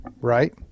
right